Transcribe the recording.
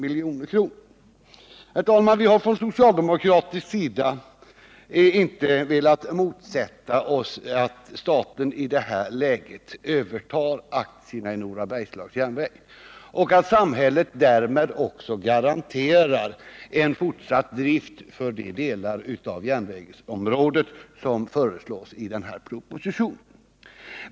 Vi socialdemokrater har inte velat motsätta oss att staten i detta läge övertar aktierna i Nora Bergslags Järnvägs AB och att samhället därmed också garanterar en fortsatt drift för de delar av järnvägsområdet som föreslås i denna proposition.